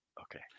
Okay